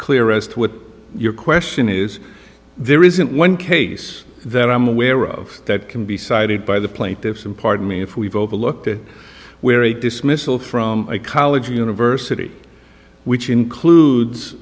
clear as to what your question is there isn't one case that i'm aware of that can be cited by the plaintiffs and pardon me if we've overlooked it where a dismissal from a college or university which includes